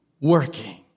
working